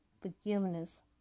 forgiveness